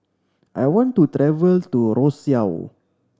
I want to travel to Roseau